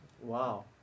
Wow